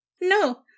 No